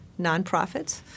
nonprofits